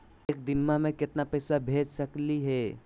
एक दिनवा मे केतना पैसवा भेज सकली हे?